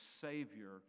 Savior